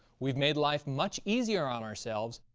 we've made life much easier on ourselves,